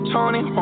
Tony